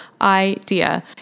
idea